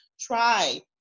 try